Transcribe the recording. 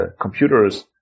computers